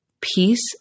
peace